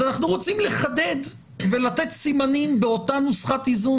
אנחנו רוצים לחדד ולתת סימנים באותה נוסחת איזון.